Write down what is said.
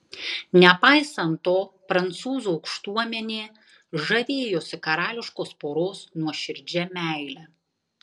nepaisant to prancūzų aukštuomenė žavėjosi karališkos poros nuoširdžia meile